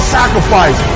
sacrifice